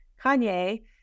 Kanye